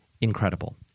incredible